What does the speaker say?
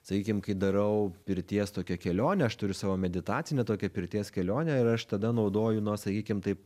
sakykim kai darau pirties tokią kelionę aš turiu savo meditacinę tokią pirties kelionę ir aš tada naudoju nuo sakykim taip